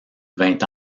vingt